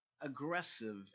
aggressive